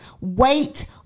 Wait